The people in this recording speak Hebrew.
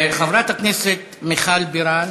חברת הכנסת מיכל בירן,